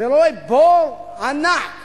ורואה בור ענק